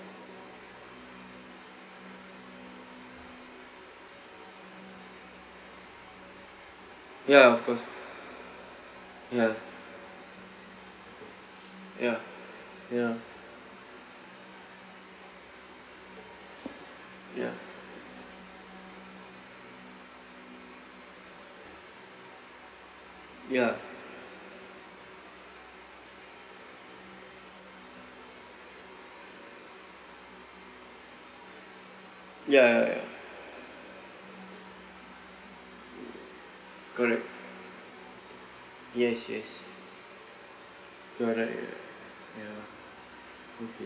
ya of course ya ya ya ya ya ya ya ya correct yes yes correct correct ya okay